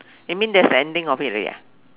you mean that's the ending of it already ah